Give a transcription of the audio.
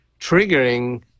triggering